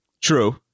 true